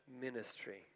ministry